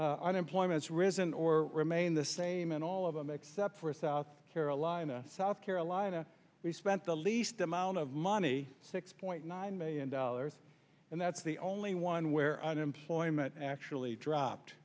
money unemployment's risen or remain the same in all of them except for south carolina south carolina we spent the least amount of money six point nine million dollars and that's the only one where unemployment actually dropped